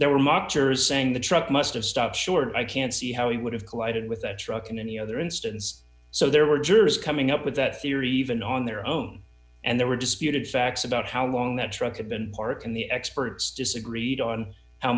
there were mock jurors saying the truck must have stopped short i can't see how he would have collided with that truck in any other instance so there were jurors coming up with that theory even on their own and there were disputed facts about how long that truck had been parked in the experts disagreed on how